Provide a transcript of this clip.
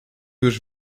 już